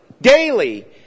daily